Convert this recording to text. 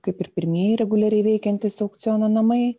kaip ir pirmieji reguliariai veikiantys aukciono namai